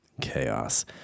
chaos